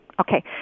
Okay